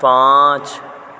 پانچ